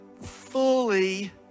fully